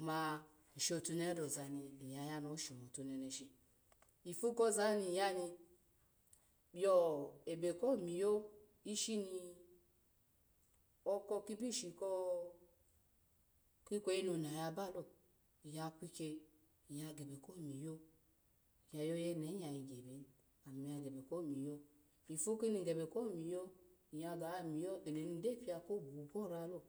Ny shotunehe dowuso ozani yayani oshomu tuneshi, ipu kozam nyya yani bwebe ko miyo ishuni, oko kipushi ko kikweyi none yabalo nyya kikyo yagebe komiyo, yayoyenehu ya yagye ebeni ami yagebe komiyo ifu kininy gebe ko miyo, nyya ga miyi enom ny koni ny gyo biokobuhu korao